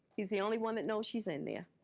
he's the only one that knows she's in there.